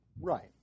Right